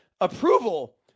approval